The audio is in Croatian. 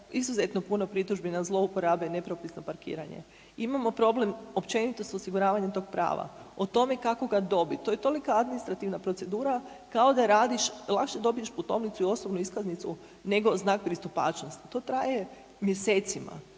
izuzetno puno pritužbu zlouporabe i nepropisno parkiranje, imamo problem općenito s osiguravanje tog prava, o tome kako ga dobiti, to je tolika administrativna procedura kao da radiš, lakše dobiješ putovnicu i osobnu iskaznicu nego znak pristupačnosti, to traje mjesecima.